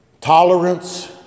Tolerance